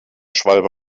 schwalbe